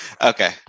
Okay